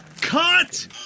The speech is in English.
Cut